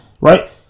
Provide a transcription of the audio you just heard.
Right